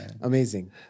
amazing